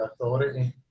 authority